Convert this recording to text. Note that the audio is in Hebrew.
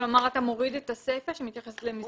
כלומר, אתה מוריד את הסיפה שמתייחסת למסגרת אשראי.